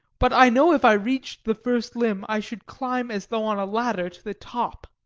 but i know if i reached the first limb i should climb as though on a ladder, to the top.